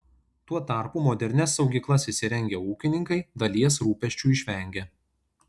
tuo tarpu modernias saugyklas įsirengę ūkininkai dalies rūpesčių išvengia